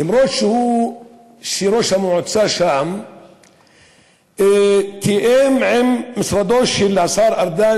אף-על-פי שראש המועצה שם תיאם עם משרדו של השר ארדן